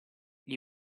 gli